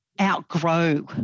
outgrow